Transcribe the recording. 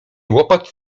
łopot